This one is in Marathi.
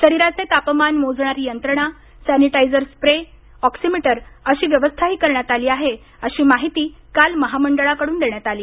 शरीराचे तापमान मोजणारी यंत्रणा सॅनिटाईज करणारे स्प्रे ऑक्सीमिटर अशी व्यवस्थाही करण्यात आली आहे अशी माहिती काल महामंडळाकडून देण्यात आली